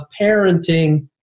parenting